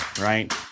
right